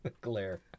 Glare